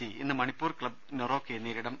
C ഇന്ന് Manipur club നെറോക്കയെ നേരിടും